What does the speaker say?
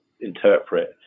interpret